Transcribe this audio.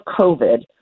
COVID